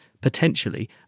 potentially